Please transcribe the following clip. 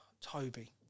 Toby